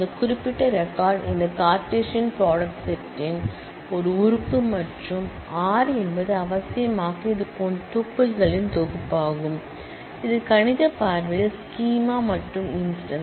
இந்த குறிப்பிட்ட ரெகார்ட் இந்த கார்ட்டீசியன் ப்ராடக்ட் செட்ன் ஒரு உறுப்பு மற்றும் ஆர் என்பது அவசியமாக இதுபோன்ற டூப்பிள்களின் தொகுப்பாகும் இதுகணித பார்வையில் ஸ்கீமா மற்றும் இன்ஸ்டன்ஸ்